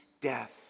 death